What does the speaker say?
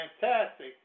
fantastic